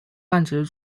泛指